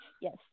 Yes